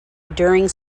during